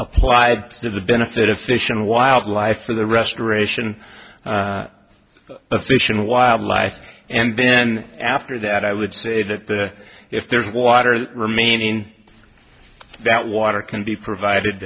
applied to the benefit of fish and wildlife for the restoration of the fish and wildlife and then after that i would say that if there is water remaining that water can be provided